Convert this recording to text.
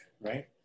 right